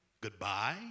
goodbye